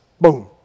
Boom